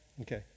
Okay